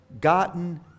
gotten